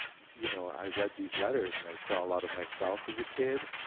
you know i read these letters and i saw a lot of myself as a kid,